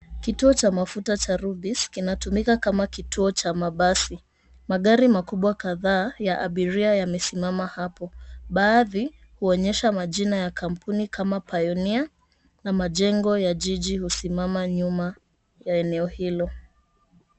Kituo cha mafuta cha Rubis kinatumika kama kituo cha mabasi. Magari makubwa kadhaa ya abiria yamesimama hapo, baadhi kuonyesha majina ya kampuni kama Pioneer na majengo ya jiji husimama nyuma ya eneo hilo.